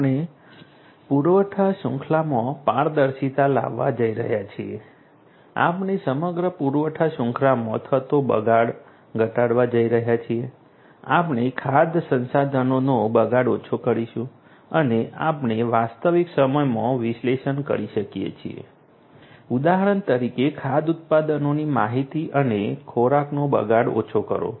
આપણે પુરવઠા શૃંખલામાં પારદર્શિતા લાવવા જઈ રહ્યા છીએ આપણે સમગ્ર પુરવઠા શૃંખલામાં થતો બગાડ ઘટાડવા જઈ રહ્યા છીએ આપણે ખાદ્ય સંસાધનોનો બગાડ ઓછો કરીશું અને આપણે વાસ્તવિક સમયમાં વિશ્લેષણ કરી શકીએ છીએ ઉદાહરણ તરીકે ખાદ્ય ઉત્પાદનોની માહિતી અને ખોરાકનો બગાડ ઓછો કરો